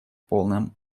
полном